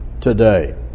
today